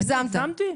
אני הגזמתי?